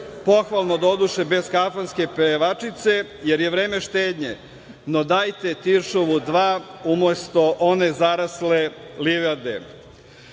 pohvalno doduše bez kafanske pevačice jer je vreme štednje. No, dajte „Tiršovu2“ umesto one zarasle livade. Posle